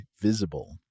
Visible